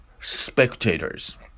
spectators